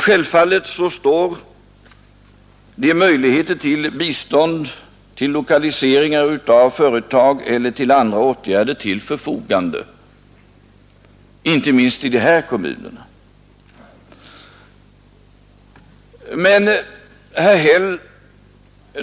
Självfallet står möjligheter till bistånd till lokaliseringar av företag eller till andra åtgärder till förfogande, inte minst i de här kommunerna. Men herr Häll